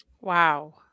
Wow